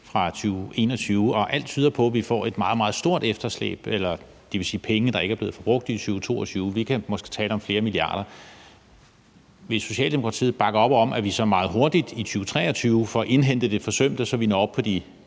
fra 2021, og alt tyder på, at vi får et meget, meget stort efterslæb, dvs. penge, der ikke er blevet brugt i 2022. Vi kan måske tale om flere milliarder kroner. Vil Socialdemokratiet bakke op om, at vi så meget hurtigt i 2023 får indhentet det forsømte, så vi når op på de